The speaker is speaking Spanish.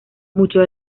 muchos